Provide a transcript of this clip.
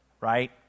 right